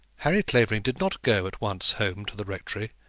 harry clavering did not go at once home to the rectory,